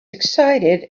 excited